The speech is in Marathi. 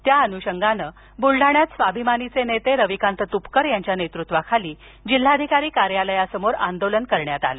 त्या अनुषंगानं बुलडाण्यात स्वाभिमानीचे नेते रविकांत तुपकर यांच्या नेतृत्वाखाली जिल्हाधिकारी कार्यालयासमोर आंदोलन करण्यात आलं